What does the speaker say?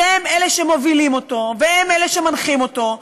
שהם שמובילים אותו והם שמנחים אותו,